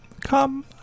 Come